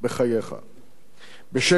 בשקט, בעיניים פקוחות,